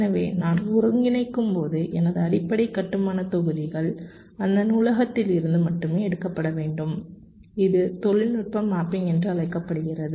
எனவே நான் ஒருங்கிணைக்கும்போது எனது அடிப்படை கட்டுமானத் தொகுதிகள் அந்த நூலகத்திலிருந்து மட்டுமே எடுக்கப்பட வேண்டும் இது தொழில்நுட்ப மேப்பிங் என்று அழைக்கப்படுகிறது